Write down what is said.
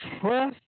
Trust